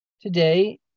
Today